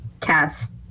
cast